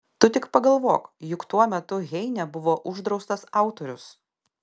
tu tik pagalvok juk tuo metu heine buvo uždraustas autorius